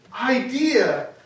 idea